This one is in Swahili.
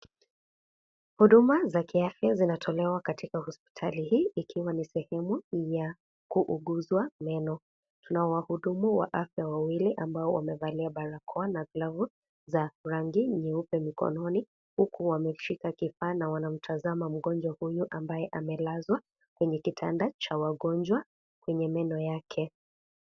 Huduma za kiafya zinatolewa katika hospitali hii, ikiwa ni sehemu ya kuuguzwa meno, tunao wahudumu wa afya wawili ambao wamevalia barakoa na, za rangi nyeupe mkononi, huku wameshika kifaa na wanamtazama mgonjwa huyu ambaye amelazwa, kwenye kitanda cha wagonjwa, kwenye meno yake.